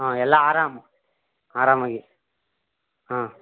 ಹಾಂ ಎಲ್ಲ ಆರಾಮ ಆರಾಮಾಗಿ ಹಾಂ